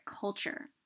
culture